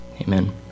Amen